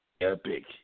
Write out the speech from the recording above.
epic